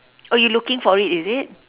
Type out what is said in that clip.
oh you looking for it is it